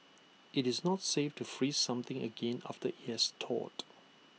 IT is not safe to freeze something again after IT has thawed